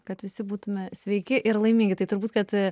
kad visi būtume sveiki ir laimingi tai turbūt kad